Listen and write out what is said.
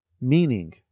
meaning